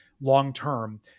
long-term